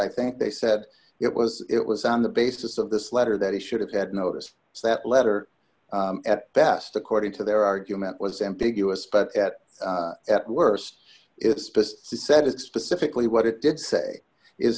i think they said it was it was on the basis of this letter that he should have had noticed that letter at best according to their argument was ambiguous but at at worst it's just said it specifically what it did say is